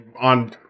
on